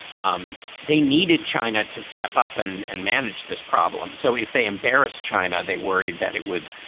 um they needed china to step up and and manage this problem. so if they embarrass china, they worried that it would.